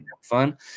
fun